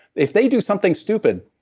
if they do something stupid,